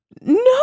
no